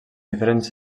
diferents